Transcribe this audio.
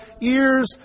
ears